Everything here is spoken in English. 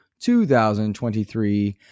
2023